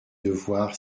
devoir